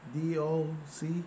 D-O-C